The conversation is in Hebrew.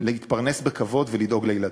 להתפרנס בכבוד ולדאוג לילדיו.